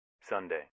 sunday